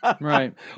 right